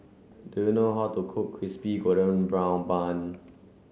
do you know how to cook crispy golden brown bun